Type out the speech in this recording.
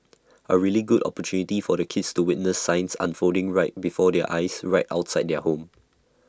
A really good opportunity for the kids to witness science unfolding right before their eyes right outside their home